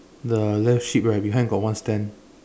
the left sheep right behind got one stand